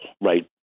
right